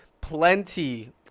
plenty